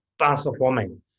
Transforming